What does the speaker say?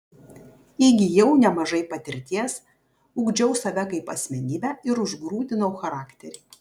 įgijau nemažai patirties ugdžiau save kaip asmenybę ir užgrūdinau charakterį